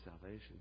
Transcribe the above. salvation